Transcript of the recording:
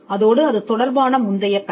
மேலும் முந்தைய கலை தொடர்புடையதாக இருக்கும்